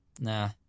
nah